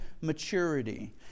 maturity